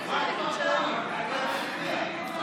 בעת קניית דירה ראשונה לזוגות צעירים בכל הארץ),